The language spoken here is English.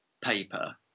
paper